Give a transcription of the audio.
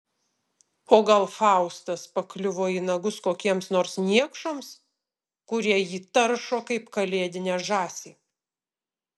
o gal faustas pakliuvo į nagus kokiems nors niekšams kurie jį taršo kaip kalėdinę žąsį